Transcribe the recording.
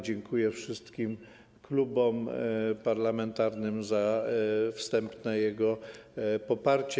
Dziękuję wszystkim klubom parlamentarnym za wstępne jego poparcie.